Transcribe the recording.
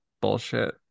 Bullshit